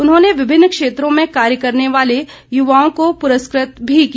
उन्होंने विभिन्न क्षेत्रों में कार्य करने वाले युवाओं को पुरस्कृत भी किया